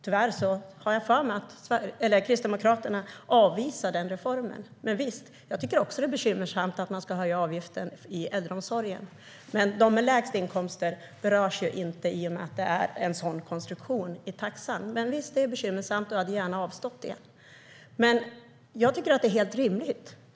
Tyvärr avvisar Kristdemokraterna den reformen. Visst, jag tycker också att det är bekymmersamt att avgiften i äldreomsorgen höjs. De med lägst inkomster berörs inte i och med att taxan är konstruerad på ett sådant sätt, men ja, det är bekymmersamt, och jag hade gärna avstått från det.